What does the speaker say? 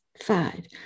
five